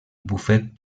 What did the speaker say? bufet